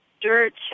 dirt